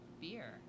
beer